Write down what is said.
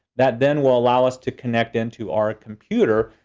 that then will allow us to connect into our computer,